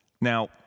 Now